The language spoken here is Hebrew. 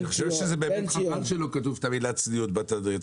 אני חושב שזה באמת חבל שלא כתוב את המילה 'צניעות' בתדריך.